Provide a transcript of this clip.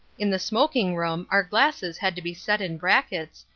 in the smoking-room our glasses had to be set in brackets,